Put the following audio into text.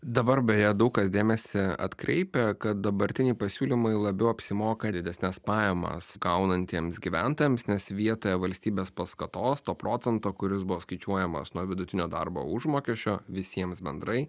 dabar beje daug kas dėmesį atkreipia kad dabartiniai pasiūlymai labiau apsimoka didesnes pajamas gaunantiems gyventojams nes vietoje valstybės paskatos to procento kuris buvo skaičiuojamas nuo vidutinio darbo užmokesčio visiems bendrai